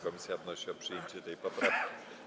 Komisja wnosi o przyjęcie tej poprawki.